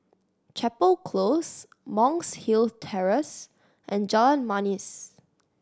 Chapel Close Monk's Hill Terrace and Jalan Manis